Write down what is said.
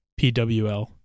PWL